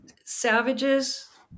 savages